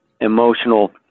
emotional